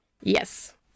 Yes